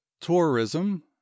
Tourism